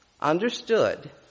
understood